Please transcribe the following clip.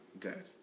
dead